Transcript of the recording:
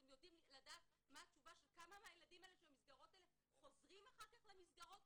אתם יודעים כמה מהילדים האלה שבמסגרות האלה חוזרים אחר כך למסגרות?